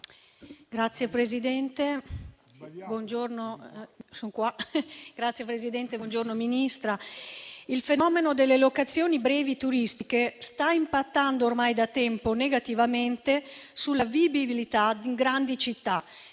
Signor Presidente, signor Ministro, il fenomeno delle locazioni brevi turistiche sta impattando ormai da tempo negativamente sulla vivibilità di grandi città,